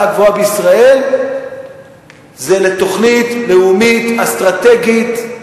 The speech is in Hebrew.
הגבוהה בישראל היא על תוכנית לאומית אסטרטגית,